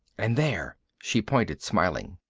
and there. she pointed, smiling.